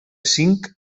cinc